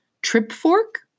Trip-fork